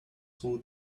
food